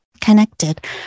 connected